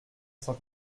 cent